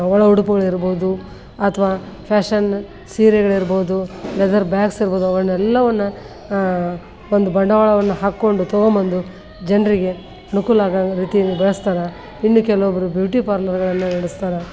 ಒಳ ಉಡುಪುಗಳಿರ್ಬೋದು ಅಥವಾ ಫ್ಯಾಶನ್ ಸೀರೆಗಳಿರ್ಬೋದು ಲೆದರ್ ಬ್ಯಾಗ್ಸ್ ಇರ್ಬೋದು ಅವುಗಳ್ನೆಲ್ಲವನ್ನ ಒಂದು ಬಂಡವಾಳವನ್ನು ಹಾಕ್ಕೊಂಡು ತಗೊಂಬಂದು ಜನರಿಗೆ ಅನುಕೂಲ ಆಗೋವಂಗೆ ರೀತಿಯಲ್ಲಿ ನಡೆಸ್ತಾರೆ ಇನ್ನು ಕೆಲವೊಬ್ಬರು ಬ್ಯೂಟಿ ಪಾರ್ಲರ್ಗಳನ್ನು ನಡೆಸ್ತಾರೆ